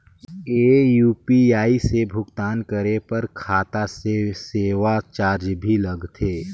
ये यू.पी.आई से भुगतान करे पर खाता से सेवा चार्ज भी लगथे?